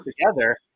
together